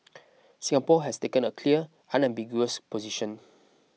Singapore has taken a clear unambiguous position